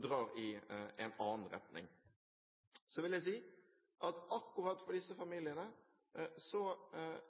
drar i en annen retning. Så vil jeg si at for akkurat disse familiene